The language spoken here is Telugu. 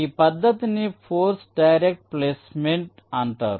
ఈ పద్ధతిని ఫోర్స్డ్ డైరెక్ట్ ప్లేస్మెంట్ అంటారు